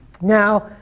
Now